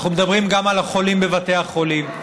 אנחנו מדברים גם על החולים בבתי החולים.